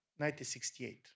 1968